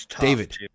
David